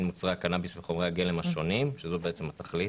מוצרי הקנאביס וחומרי הגלם השונים" שזו בעצם התכלית